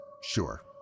Sure